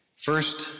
First